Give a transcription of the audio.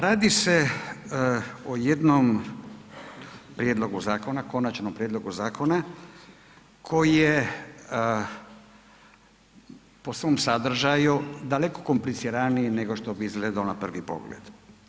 Radi se o jednom prijedlogu zakona, Konačnom prijedlogu zakona koji je po svom sadržaju daleko kompliciraniji nego što bi izgledao na prvi pogled.